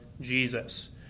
Jesus